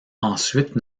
ensuite